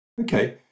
Okay